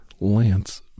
Lance